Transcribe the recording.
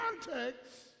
context